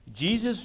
Jesus